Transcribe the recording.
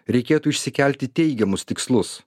reikėtų išsikelti teigiamus tikslus